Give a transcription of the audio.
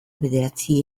bederatzi